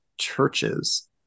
churches